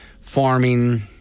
farming